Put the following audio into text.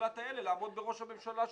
המקלט האלה לעמוד בראש הממשלה שלנו,